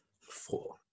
four